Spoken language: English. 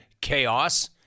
chaos